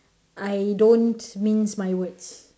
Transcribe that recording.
I don't mince my words